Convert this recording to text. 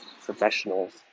professionals